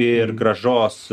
ir grąžos